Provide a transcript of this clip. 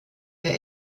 der